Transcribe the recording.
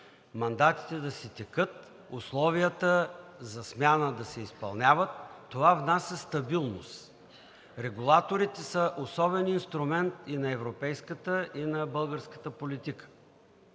мандатите да си текат, условията за смяна да се изпълняват, това внася стабилност. Регулаторите са особен инструмент и на европейската, и на българската политика.